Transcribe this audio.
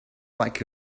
like